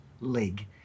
leg